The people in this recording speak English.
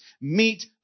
Meet